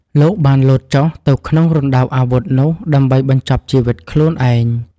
លោកបានលោតចុះទៅក្នុងរណ្ដៅអាវុធនោះដើម្បីបញ្ចប់ជីវិតខ្លួនឯង។